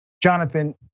Jonathan